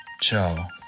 Ciao